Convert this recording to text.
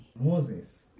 Moses